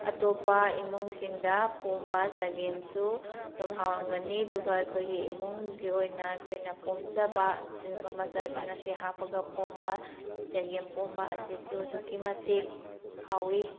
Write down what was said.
ꯑꯇꯣꯞꯄ ꯏꯃꯨꯡꯁꯤꯡꯗ ꯄꯣꯝꯕ ꯆꯒꯦꯝꯁꯨ ꯑꯗꯨꯝ ꯍꯥꯎꯔꯝꯒꯅꯤ ꯑꯗꯨꯒ ꯑꯩꯈꯣꯏꯒꯤ ꯏꯃꯨꯡꯒꯤ ꯑꯣꯏꯅ ꯑꯩꯈꯣꯏꯅ ꯄꯣꯝꯖꯕ ꯃꯆꯜꯁꯤꯡ ꯑꯁꯦ ꯍꯥꯞꯄꯒ ꯄꯣꯝꯕ ꯆꯒꯦꯝꯄꯣꯝꯕ ꯑꯁꯤꯁꯨ ꯑꯗꯨꯒꯤꯃꯇꯤꯛ ꯍꯥꯎꯏ